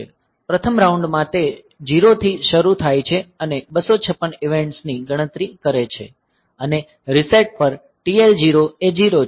પ્રથમ રાઉન્ડમાં તે 0 થી શરૂ થાય છે અને 256 ઇવેંટ્સની ગણતરી કરે છે અને રીસેટ પર TL0 એ 0 છે